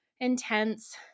intense